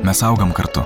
mes augam kartu